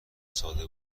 ساده